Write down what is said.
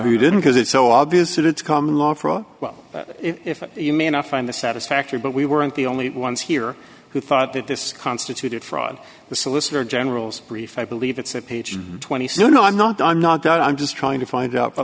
you didn't because it's so obvious that it's common law for a while if you may not find a satisfactory but we weren't the only ones here who thought that this constituted fraud the solicitor general's brief i believe it's a page twenty soon i'm not i'm not that i'm just trying to find out